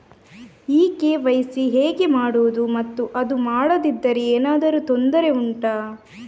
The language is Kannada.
ಈ ಕೆ.ವೈ.ಸಿ ಹೇಗೆ ಮಾಡುವುದು ಮತ್ತು ಅದು ಮಾಡದಿದ್ದರೆ ಏನಾದರೂ ತೊಂದರೆ ಉಂಟಾ